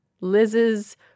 Liz's